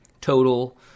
total